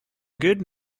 good